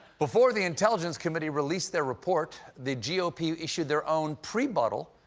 before the intelligence committee released their report, the g o p. issued their own pre-buttal,